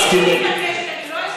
אם היא מתעקשת אני לא אתנגד.